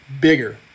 bigger